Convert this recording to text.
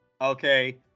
Okay